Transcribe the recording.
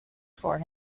for